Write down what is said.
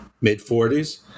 mid-40s